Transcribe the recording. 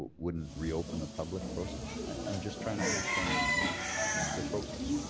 wouldn't reopen the public process? i'm just trying to understand the process here.